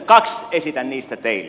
kaksi esitän niistä teille